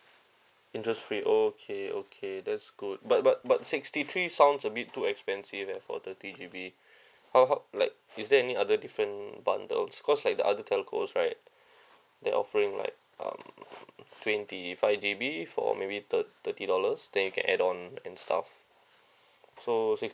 interest-free okay okay that's good but but but sixty three sounds a bit too expensive at four thirty G_B how how like is there any other different bundles cause like the other telcos right they offering like um twenty five G_B for maybe thirty thirty dollars then you can add on and stuff so sixty